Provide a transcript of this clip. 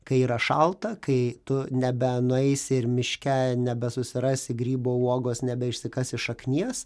kai yra šalta kai tu nebenueisi ir miške nebesusirasi grybo uogos nebe išsikasi šaknies